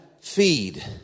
feed